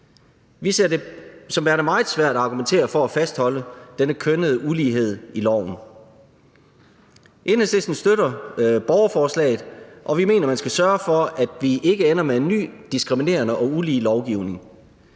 Vi ser det som værende meget svært at argumentere for at fastholde denne kønnede ulighed i loven. Enhedslisten støtter borgerforslaget, og vi mener, at man skal sørge for, at vi ikke ender med en ny diskriminerende og ulige lovgivning.